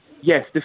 Yes